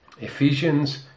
Ephesians